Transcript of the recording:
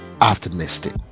optimistic